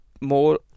more